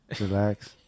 relax